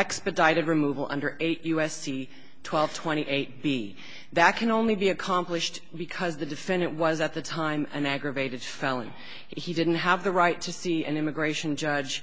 expedited removal under eight u s c twelve twenty eight b that can only be accomplished because the defendant was at the time an aggravated felony he didn't have the right to see an immigration judge